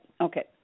okay